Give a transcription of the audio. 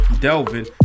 Delvin